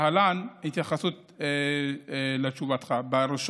להלן ההתייחסות לשאלתך: ב-1